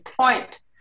point